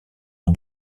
aux